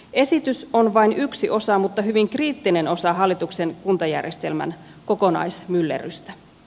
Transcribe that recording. esitys on vain yksi osa mutta hyvin kriittinen osa hallituksen kuntajärjestelmän kokonaismyllerrystä